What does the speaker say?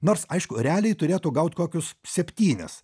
nors aišku realiai turėtų gaut kokius septynis